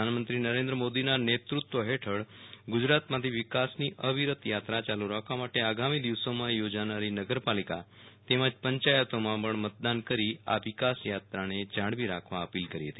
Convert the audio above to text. પ્રધાનમંત્રી નરેન્દ્ર મોદીના નેતૃ ત્વ હેઠળ ગુજરાતમાંથી વિક્ષની અવિરતયાત્રા યાલુ રાખવા માટે આગામી દિવસોમાં યોજાનારી નગરપાલિકા તેમજ પંચાયતોમાં પણ મતદાન કરી આ વિકાસયાત્રાને જાળવી રાખવા અપીલ કરી હતી